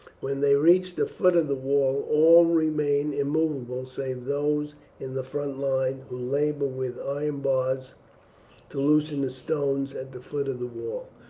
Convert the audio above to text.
when they reach the foot of the wall all remain immovable save those in the front line, who labour with iron bars to loosen the stones at the foot of the wall,